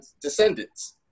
descendants